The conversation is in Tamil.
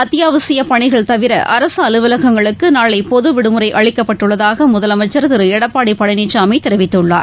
அத்தியாவசியப் பணிகள் தவிர அரசுஅலுவலகங்களுக்குநாளைபொதுவிடுமுறைஅளிக்கப்பட்டுள்ளதாகமுதலமைச்சர் திருஎடப்பாடிபழனிசாமிதெரிவித்துள்ளார்